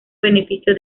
beneficio